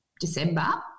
December